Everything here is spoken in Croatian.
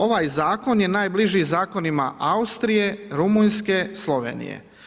Ovaj zakon je najbliži zakonima Austrije, Rumunjske, Slovenije.